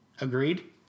Agreed